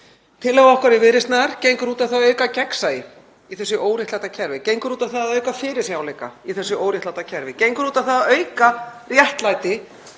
Tillaga okkar í Viðreisn gengur út á að auka gegnsæi í þessu óréttláta kerfi, gengur út á að auka fyrirsjáanleika í þessu óréttláta kerfi, gengur út á að auka réttlæti